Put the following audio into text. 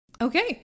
Okay